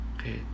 Okay